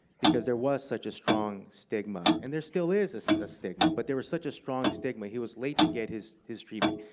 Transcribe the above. because there was such a strong stigma. and there still is is a stigma. but there was such a strong stigma. he was late to get his his treatment.